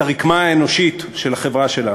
את הרקמה האנושית של החברה שלנו.